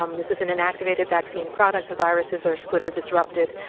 um this is an inactivated vaccine product, the viruses are split or disrupted.